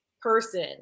person